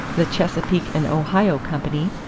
the chesapeake and ohio company,